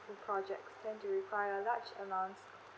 projects tend to require large amounts